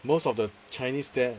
most of the chinese there